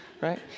Right